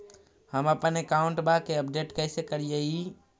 हमपन अकाउंट वा के अपडेट कैसै करिअई?